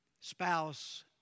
spouse